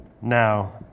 now